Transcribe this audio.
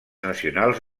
nacionals